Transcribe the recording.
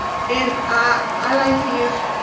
and ah i like to use